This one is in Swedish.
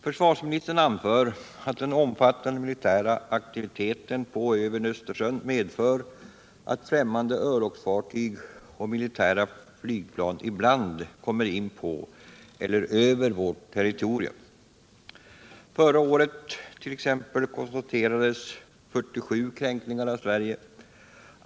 Försvarsministern anför att den omfattande militära aktiviteten på och över Östersjön medför att främmande örlogsfartyg och militära flygplan ibland kommer in på eller över vårt territorium. Förra året t.ex. konstaterades 47 kränkningar av Sverige.